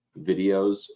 videos